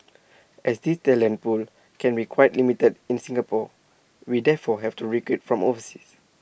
as this talent pool can be quite limited in Singapore we therefore have to recruit from overseas